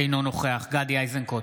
אינו נוכח גדי איזנקוט,